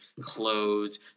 clothes